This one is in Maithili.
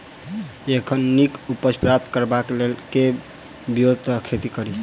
एखन नीक उपज प्राप्त करबाक लेल केँ ब्योंत सऽ खेती कड़ी?